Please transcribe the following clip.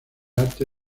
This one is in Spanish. arte